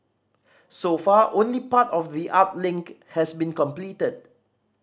so far only part of the art link has been completed